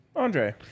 Andre